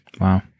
Wow